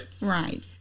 Right